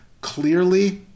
clearly